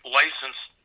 licensed